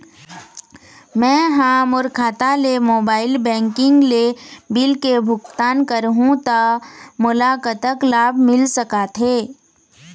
मैं हा मोर खाता ले मोबाइल बैंकिंग ले बिल के भुगतान करहूं ता मोला कतक लाभ मिल सका थे?